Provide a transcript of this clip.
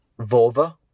Vova